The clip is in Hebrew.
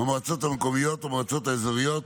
במועצות מקומיות ובמועצות אזוריות